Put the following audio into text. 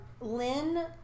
Lynn